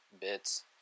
bits